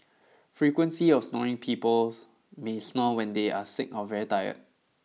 frequency of snoring people may snore when they are sick or very tired